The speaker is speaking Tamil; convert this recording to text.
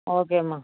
ஓகேம்மா